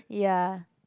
ya